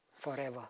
forever